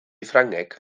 ffrangeg